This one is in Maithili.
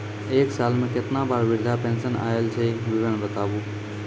एक साल मे केतना बार वृद्धा पेंशन आयल छै विवरन बताबू?